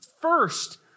first